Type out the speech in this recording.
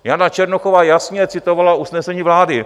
Jana Černochová jasně citovala usnesení vlády.